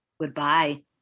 Goodbye